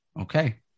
Okay